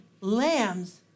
lambs